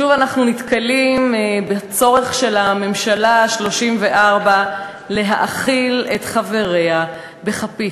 שוב אנחנו נתקלים בצורך של הממשלה ה-34 להאכיל את חבריה בכפית.